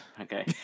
Okay